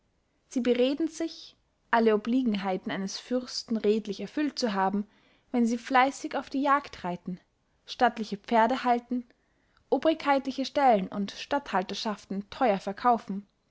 sie bereden sich alle obliegenheiten eines fürsten redlich erfüllt zu haben wenn sie fleißig auf die jagd reiten stattliche pferde halten obrigkeitliche stellen und statthalterschaften theuer verkaufen